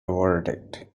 verdict